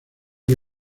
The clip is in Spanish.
que